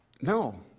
No